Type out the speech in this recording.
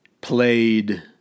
played